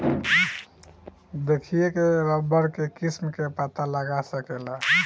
देखिए के रबड़ के किस्म के पता लगा सकेला